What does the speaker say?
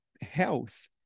Health